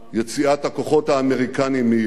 יציאת הכוחות האמריקניים מעירק,